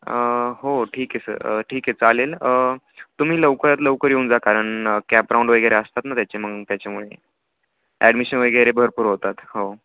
हो ठीक आहे सर ठीक आहे चालेल तुम्ही लवकरात लवकर येऊन जा कारण कॅप राऊंड वगैरे असतात ना त्याचे मग त्याच्यामुळे ॲडमिशन वगैरे भरपूर होतात हो